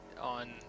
on